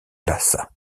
lhassa